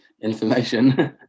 Information